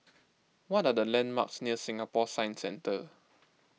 what are the landmarks near Singapore Science Centre